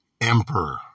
emperor